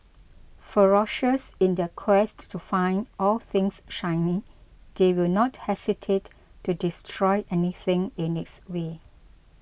ferocious in their quest to find all things shiny they will not hesitate to destroy anything in its way